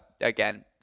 Again